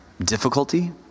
difficulty